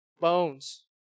bones